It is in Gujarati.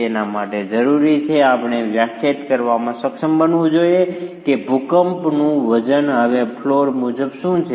તેના માટે જરૂરી છે કે આપણે એ વ્યાખ્યાયિત કરવામાં સક્ષમ બનવું જોઈએ કે ભૂકંપનું વજન હવે ફ્લોર મુજબ શું છે